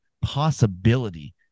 possibility